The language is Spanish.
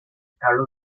carlos